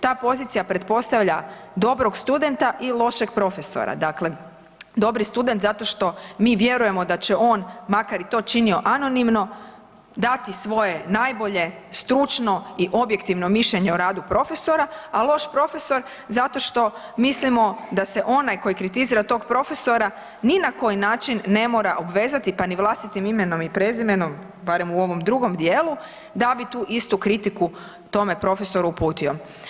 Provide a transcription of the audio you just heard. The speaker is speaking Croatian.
Ta pozicija pretpostavlja dobrog studenta i lošeg profesora, dakle, dobri student zato što mi vjerujemo da će on, makar i to činio anonimno dati svoje najbolje, stručno i objektivno mišljenje o radu profesora, a loš profesor zato što mislimo da onaj koji kritizira tog profesora ni na koji način ne mora obvezati, pa ni vlastitim imenom i prezimenom, barem u ovom drugom dijelu, da bi tu istu kritiku tome profesoru uputio.